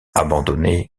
abandonné